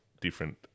Different